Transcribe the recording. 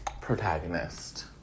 protagonist